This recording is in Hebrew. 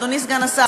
אדוני סגן השר,